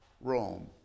Rome